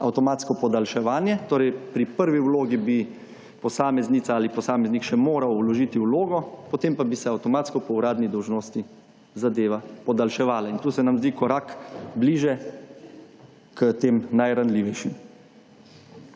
avtomatsko podaljševanje, torej pri prvi vlogi bi posameznica ali posameznik še moral vložiti vlogo, potem pa bi se avtomatsko po uradni dolžnosti zadeva podaljševala. Tu se nam zdi korak bližje k tem najranljivejšim.